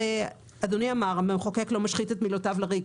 אדוני אמר: המחוקק לא משחית את מילותיו לריק.